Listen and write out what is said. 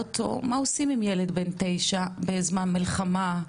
עושים עם ילד בן תשע בזמן מלחמה,